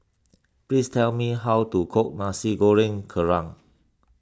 please tell me how to cook Nasi Goreng Kerang